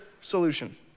solution